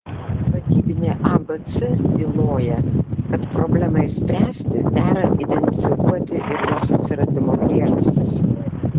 vadybinė abc byloja kad problemai spręsti dera identifikuoti ir jos atsiradimo priežastis